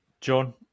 John